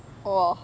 !wow!